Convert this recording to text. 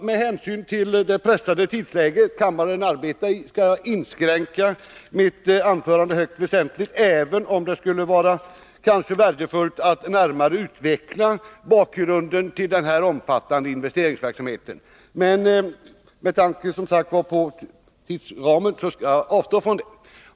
Med hänsyn till det pressade tidsläge som kammaren arbetar i skall jag inskränka mitt anförande högst väsentligt — även om det kanske skulle vara värdefullt att närmare utveckla bakgrunden till denna omfattande investeringsverksamhet. Men med tanke på tidsramen skall jag som sagt avstå från detta.